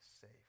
safe